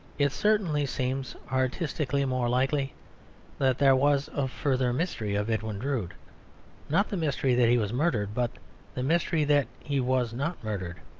it certainly seems artistically more likely that there was a further mystery of edwin drood not the mystery that he was murdered, but the mystery that he was not murdered.